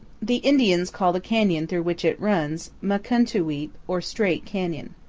the indians call the canyon through which it runs, mukun'tu-weap, or straight, canyon.